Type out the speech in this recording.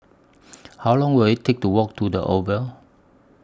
How Long Will IT Take to Walk to The Oval